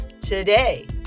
today